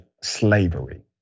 slavery